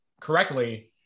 correctly